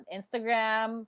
Instagram